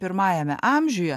pirmajame amžiuje